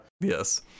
Yes